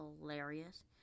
hilarious